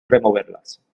removerlas